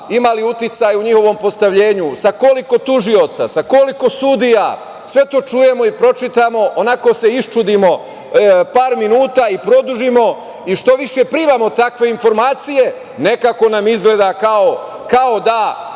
imali uticaj u njihovom postavljenju, sa koliko tužioca, sa koliko sudija. Sve to čujemo i pročitamo, onako se iščudimo par minuta i produžimo. Što više primamo takve informacije, nekako nam izgleda kao da